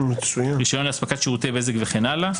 מתן רישיון לאספקת שירותי בזק וכן הלאה.